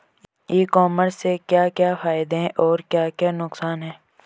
ई commerce के क्या क्या फायदे और क्या क्या नुकसान है?